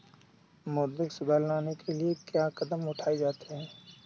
मौद्रिक सुधार लाने के लिए क्या कदम उठाए जाते हैं